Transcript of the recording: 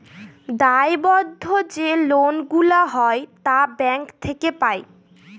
দায়বদ্ধ যে লোন গুলা হয় তা ব্যাঙ্ক থেকে পাই